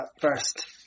first